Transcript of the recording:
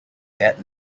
that